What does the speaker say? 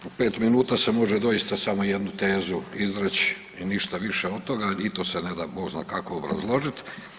U pet minuta se može doista samo jednu tezu izreć i ništa više od toga, i to se ne da bog zna kako obrazložit.